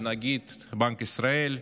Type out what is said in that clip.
לנגיד בנק ישראל,